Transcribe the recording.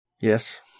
Yes